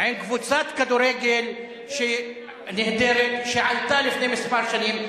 ועם קבוצת כדורגל נהדרת שעלתה לפני כמה שנים.